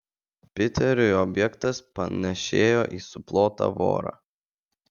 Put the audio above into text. piteriui objektas panėšėjo į suplotą vorą